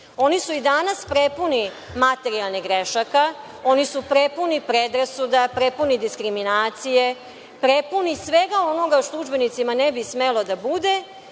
Oni su i danas prepuni materijalnih grešaka. Oni su prepuni predrasuda, prepuni diskriminacije, prepuni svega onoga što u udžbenicima ne bi smelo da bude